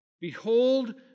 Behold